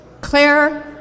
Claire